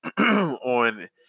on